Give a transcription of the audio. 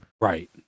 Right